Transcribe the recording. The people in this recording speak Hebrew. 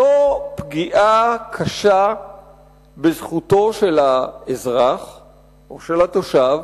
זו פגיעה קשה בזכותו של האזרח או של התושב